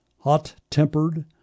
hot-tempered